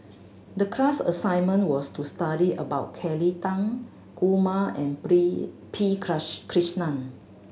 the class assignment was to study about Kelly Tang Kumar and P Krishnan